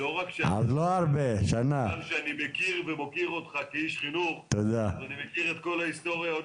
לא רק שאני מכיר ומוקיר אותך כאיש חינוך אלא אני מכיר את כל ההיסטוריה.